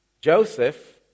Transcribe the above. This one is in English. Joseph